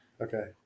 Okay